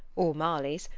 or marley's,